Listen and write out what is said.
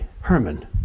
Herman